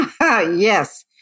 Yes